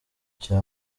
cya